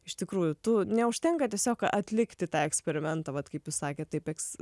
iš tikrųjų tu neužtenka tiesiog atlikti tą eksperimentą vat kaip jūs sakėt taip eks